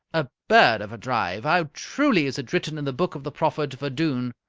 a bird of a drive! how truly is it written in the book of the prophet vadun,